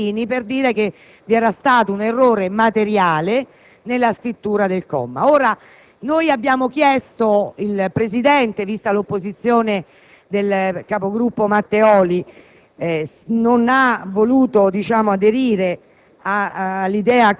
al presidente Marini per dire che vi era stato un errore materiale nella scrittura del comma suddetto. Il Presidente, vista l'opposizione del capogruppo Matteoli, non ha voluto aderire